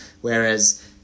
Whereas